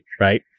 right